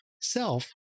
Self